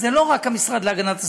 זה לא רק המשרד להגנת הסביבה,